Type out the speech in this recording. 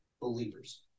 believers